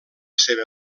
seva